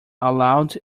allowed